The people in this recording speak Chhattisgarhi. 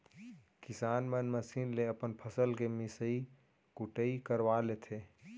किसान मन मसीन ले अपन फसल के मिसई कुटई करवा लेथें